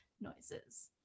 noises